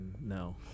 no